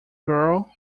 girl